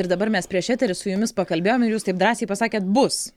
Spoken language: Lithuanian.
ir dabar mes prieš eterį su jumis pakalbėjom ir jūs taip drąsiai pasakėt bus